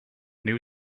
new